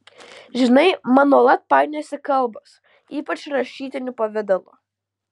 žinai man nuolat painiojasi kalbos ypač rašytiniu pavidalu